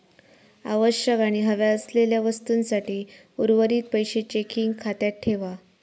आवश्यक आणि हव्या असलेल्या वस्तूंसाठी उर्वरीत पैशे चेकिंग खात्यात ठेवा